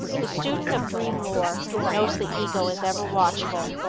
the student of dream-lore knows the ego is ever watchful,